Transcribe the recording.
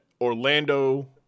Orlando